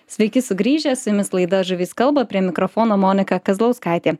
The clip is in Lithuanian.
sveiki sugrįžę su jumis laida žuvys kalba prie mikrofono monika kazlauskaitė